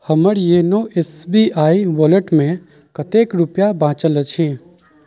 हमर YONO S B I वैलेटमे कतेक रुपआ बाँचल अछि